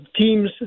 teams